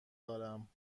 دارم